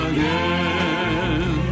Again